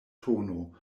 tono